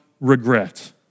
regret